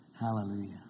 Hallelujah